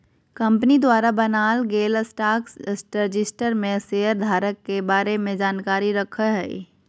company द्वारा बनाल गेल स्टॉक रजिस्टर में शेयर धारक के बारे में जानकारी रखय हइ